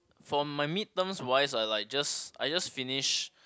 for my mid terms wise I like just I just finish